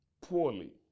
poorly